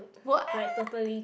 like totally